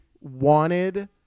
wanted